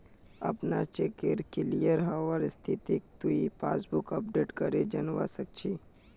अपनार चेकेर क्लियर हबार स्थितिक तुइ पासबुकक अपडेट करे जानवा सक छी